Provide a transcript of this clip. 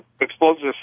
explosives